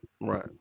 Right